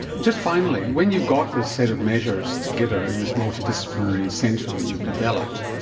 just finally, when you've got this set of measures together in this multidisciplinary centre that you've developed,